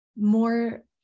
more